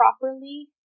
properly